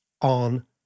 on